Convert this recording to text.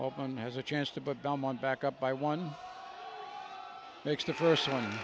one has a chance to but belmont back up by one makes the first one